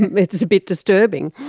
it's a bit disturbing!